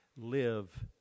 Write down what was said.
live